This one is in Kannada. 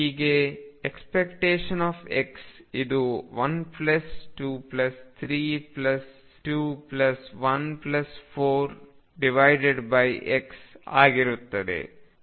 ಹೀಗೆ ⟨x⟩ ಇದು 1223146 ಆಗಿರುತ್ತದೆ